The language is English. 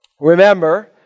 Remember